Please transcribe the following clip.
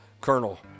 colonel